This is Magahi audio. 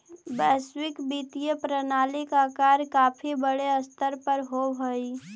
वैश्विक वित्तीय प्रणाली का कार्य काफी बड़े स्तर पर होवअ हई